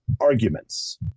arguments